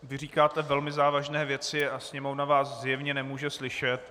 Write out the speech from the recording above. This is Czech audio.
Vy říkáte velmi závažné věci a Sněmovna vás zjevně nemůže slyšet.